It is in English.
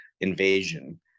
invasion